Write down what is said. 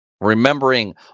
remembering